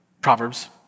Proverbs